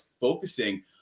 focusing